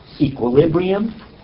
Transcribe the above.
equilibrium